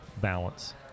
balance